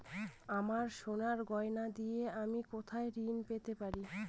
আমার সোনার গয়নার দিয়ে আমি কোথায় ঋণ পেতে পারি?